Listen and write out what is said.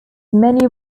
many